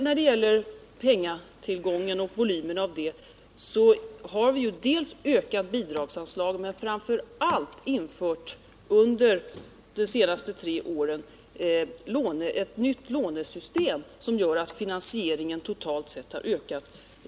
När det gäller volymen av penningtillgången har vi dels ökat bidragsan slaget, dels — och framför allt — under de senaste tre åren infört ett nytt Nr 35 lånesystem, som gör att finansieringen totalt sett har ökat mycket kraf Torsdagen den tigt.